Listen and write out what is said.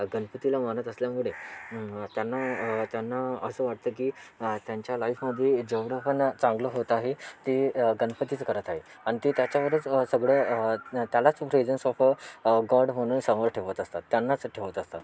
गणपतीला मानत असल्यामुळे त्यांना त्यांना असं वाटतं की त्यांच्या लाईफमध्ये जेवढं पण चांगलं होत आहे ते गणपतीच करत आहे आणि ते त्याच्यामध्येच सगळं त्यालाच प्रेझेन्स ऑफ गॉड म्हणून समोर ठेवत असतात त्यांनाच ठेवत असतात